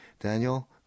Daniel